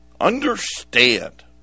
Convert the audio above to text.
Understand